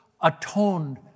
atoned